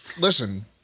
Listen